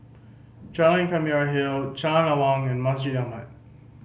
Jalan Ikan Merah Hill Jalan Awang and Masjid Ahmad